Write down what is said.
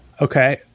Okay